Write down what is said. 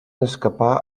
escapar